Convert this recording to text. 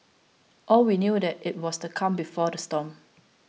all we knew that it was the calm before the storm